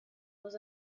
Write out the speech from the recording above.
was